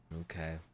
okay